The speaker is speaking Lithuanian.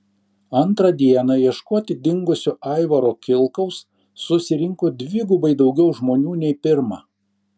antrą dieną ieškoti dingusio aivaro kilkaus susirinko dvigubai daugiau žmonių nei pirmą